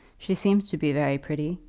she seems to be very pretty.